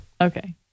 Okay